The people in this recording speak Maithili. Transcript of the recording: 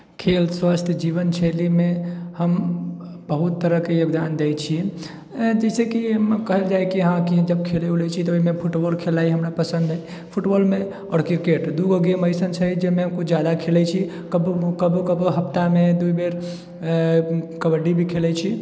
खेल स्वास्थ्य जीवन शैलीमे हम बहुत तरहके योगदान दै छी जैसेकि कहल जाए कि हँ की जब खेलै उलै छी तऽओहिमे फुटबॉल खेलनाइ हमरा पसन्द अहि फुटबॉलमे आओर क्रिकेट दुगो गेम अइसन छै जाहिमे कुछ जादा खेलै छी कबो कबो हफ्तामे दू बेर कबड्डी भी खेलै छी